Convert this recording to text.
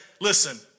listen